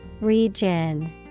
Region